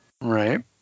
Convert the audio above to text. Right